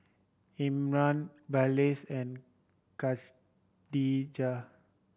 Imran Balqis and Khadija